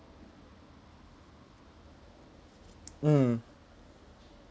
mm